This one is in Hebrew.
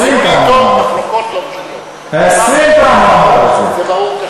20 פעם אמר את זה.